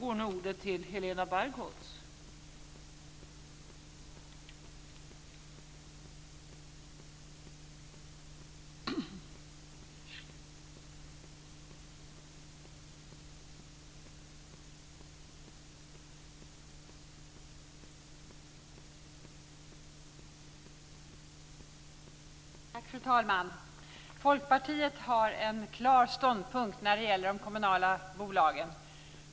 Fru talman! Folkpartiet har en klar ståndpunkt när det gäller de kommunala bolagen.